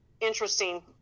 interesting